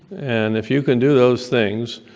and if you can do those things,